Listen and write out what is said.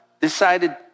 decided